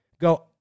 go